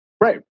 Right